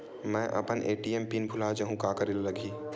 मैं अपन ATM PIN भुला जहु का करे ला लगही?